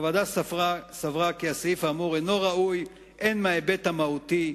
הוועדה סברה כי הסעיף האמור אינו ראוי הן מההיבט המהותי,